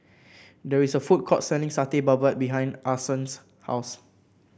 there is a food court selling Satay Babat behind Ason's house